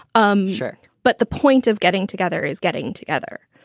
um sure. but the point of getting together is getting together.